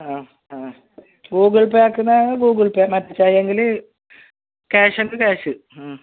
ആ ആ Google Pay ആക്കുന്നത് ഗൂഗിൾ പേ മറ്റിച്ചായെങ്കില് ക്യാഷ് എങ്കിൽ ക്യാഷ്